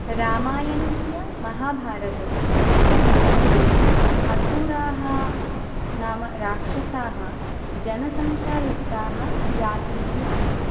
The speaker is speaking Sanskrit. रामायणस्य महाभारतस्य च लोके असुराः नाम राक्षसाः जनसंख्यायुक्ताः जातिः आसीत्